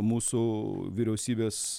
mūsų vyriausybės